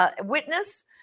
witness